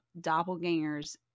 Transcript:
doppelgangers